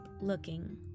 looking